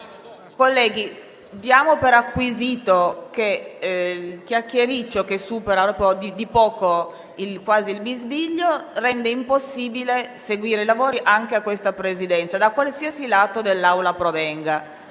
Colleghi, diamo per acquisito che il chiacchiericcio che supera di poco anche il bisbiglio rende impossibile seguire i lavori anche alla Presidenza, da qualsiasi lato dell'Aula provenga.